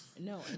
No